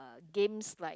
games like